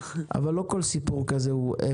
אבל לא לכל סיפור כזה יש סוף שמח.